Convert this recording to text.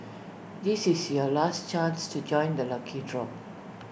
this is your last chance to join the lucky draw